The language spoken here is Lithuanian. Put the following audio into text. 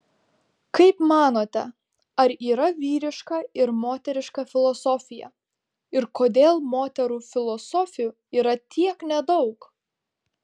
kaip manote ar yra vyriška ir moteriška filosofija ir kodėl moterų filosofių yra tiek nedaug